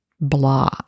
blah